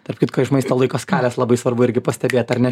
tarp kitko iš maisto laiko skalės labai svarbu irgi pastebėt ar ne